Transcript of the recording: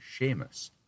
Seamus